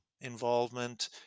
involvement